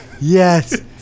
Yes